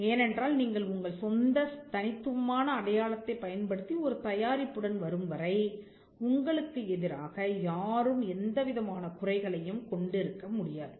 ஏனென்றால் நீங்கள் உங்கள் சொந்த தனித்துவமான அடையாளத்தைப் பயன்படுத்தி ஒரு தயாரிப்புடன் வரும் வரை உங்களுக்கு எதிராக யாரும் எந்த விதமான குறைகளையும் கொண்டிருக்க முடியாது